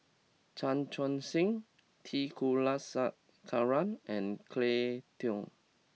Chan Chun Sing T Kulasekaram and Cleo Thang